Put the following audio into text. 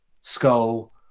Skull